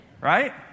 right